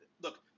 look